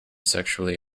sexually